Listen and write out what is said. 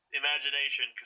imagination